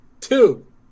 Two